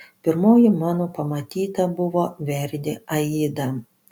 pirmoji mano pamatyta buvo verdi aida